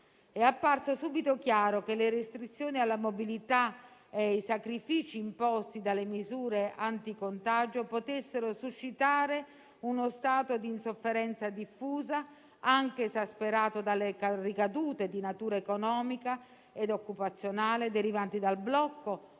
È apparso subito chiaro che le restrizioni alla mobilità e i sacrifici imposti dalle misure anti contagio potessero suscitare uno stato di insofferenza diffusa, anche esasperato dalle ricadute di natura economica e occupazionale derivanti dal blocco